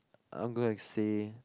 I'm gonna say